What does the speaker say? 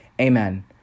Amen